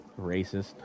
Racist